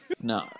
No